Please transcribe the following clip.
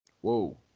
Whoa